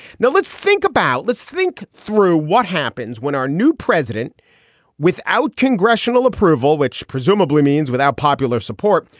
now, let's think about let's think through what happens when our new president without congressional approval, which presumably means without popular support,